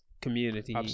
community